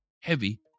heavy